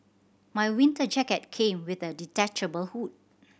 my winter jacket came with a detachable hood